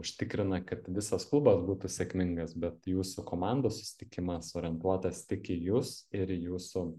užtikrina kad visas klubas būtų sėkmingas bet jūsų komandos susitikimas orientuotas tik į jus ir į jūsų